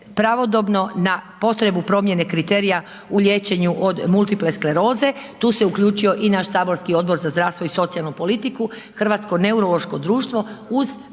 pravodobno na potrebu promjene kriterija u liječenju od multiple skleroze, tu se uključio i naš saborski Odbor za zdravstvo i socijalnu politiku, Hrvatsko neurološko društvo uz krovno